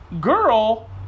girl